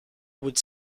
would